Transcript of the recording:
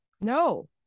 No